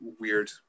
weird